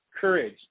Courage